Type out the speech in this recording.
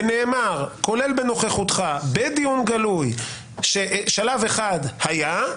ונאמר, כולל בנוכחותך, בדיון גלוי ששלב אחד היה.